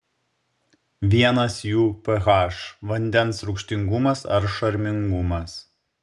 vienas jų ph vandens rūgštingumas ar šarmingumas